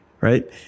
right